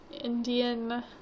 Indian